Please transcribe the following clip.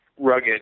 Rugged